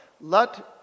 Let